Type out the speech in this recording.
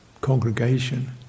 congregation